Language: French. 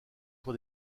pour